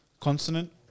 consonant